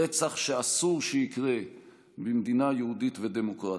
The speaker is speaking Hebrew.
רצח שאסור שיקרה במדינה יהודית ודמוקרטית,